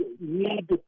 need